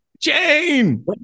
Jane